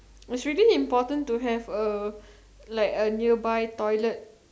it's really important to have a like a nearby toilet